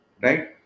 right